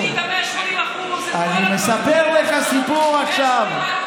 אני מספר לך סיפור עכשיו.